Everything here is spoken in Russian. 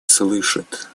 слышит